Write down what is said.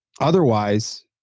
Otherwise